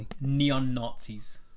Neon-Nazis